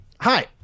Hi